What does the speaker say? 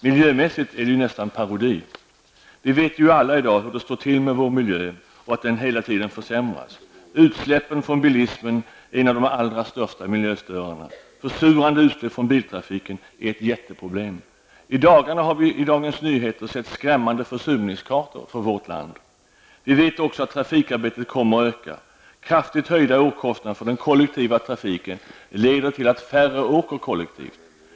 Miljömässigt är det ju nästan en parodi. Vi vet alla hur det står till med vår miljö i dag och att den hela tiden försämras. Utsläppen från bilismen är en av de allra största miljöförstörarna. Försurande utsläpp från biltrafiken är ett jätteproblem. I dagarna har vi i Dagens Nyheter sett skrämmande försurningskartor för vårt land. Vi vet också att trafikarbetet kommer att öka. Kraftigt höjda åkkostnader för den kollektiva trafiken leder till att färre åker kollektivt.